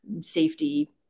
safety